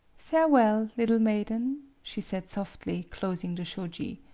farewell, liddle maiden, she said softly, closing the shoji.